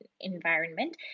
environment